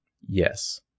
Yes